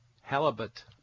halibut